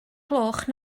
gloch